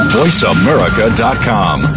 voiceamerica.com